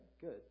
Good